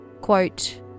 Quote